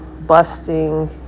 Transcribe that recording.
busting